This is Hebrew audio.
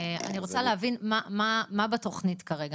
אני רוצה להבין מה בתוכנית כרגע,